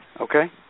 okay